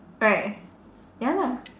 right ya lah